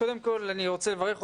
קודם כל אני רוצה לברך אותך,